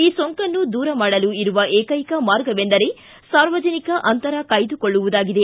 ಈ ಸೊಂಕನ್ನು ದೂರ ಮಾಡಲು ಇರುವ ಏಕೈಕ ಮಾರ್ಗವೆಂದರೆ ಸಾರ್ವಜನಿಕ ಅಂತರ ಕಾಯ್ದುಕೊಳ್ಳುವುದಾಗಿದೆ